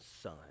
son